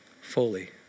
fully